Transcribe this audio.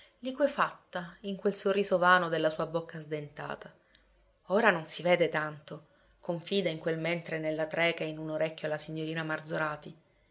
nipote liquefatta in quel sorriso vano della sua bocca sdentata ora non si vede tanto confida in quel mentre nella trecke in un orecchio alla signorina marzorati